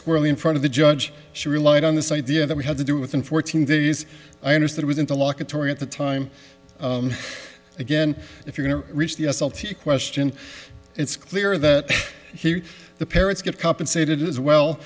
squarely in front of the judge she relied on this idea that we had to do within fourteen days i understood within the law kotori at the time again if you're going to reach the s l t question it's clear that he the parents get compensated as well